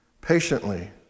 patiently